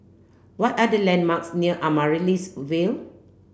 what are the landmarks near Amaryllis Ville